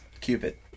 cupid